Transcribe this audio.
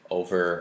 over